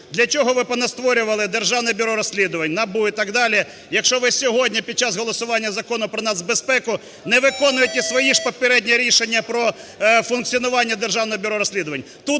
Для чого ви понастворювали Державне бюро розслідувань, НАБУ і так далі, якщо ви сьогодні під час голосування Закону про нацбезпеку не виконуєте свої ж попередні рішення про функціонування Державного бюро розслідувань?